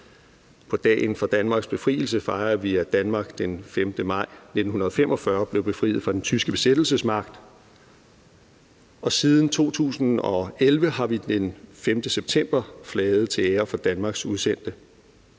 På dagen for Danmarks befrielse fejrer vi, at Danmark den 5. maj 1945 blev befriet fra den tyske besættelsesmagt. Og siden 2011 har vi den 5. september flaget til ære for Danmarks udsendte.